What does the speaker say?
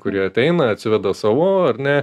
kurie ateina atsiveda savų ar ne